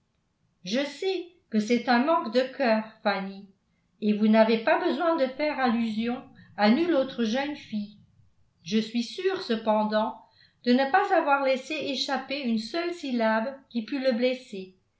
je sais que c'est un manque de cœur fanny et vous n'avez pas besoin de faire allusion à nulle autre jeune fille je suis sûre cependant de ne pas avoir laissé échapper une seule syllabe qui pût le blesser